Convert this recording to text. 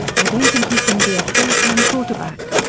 i don't think he can be a fulltime quarterback.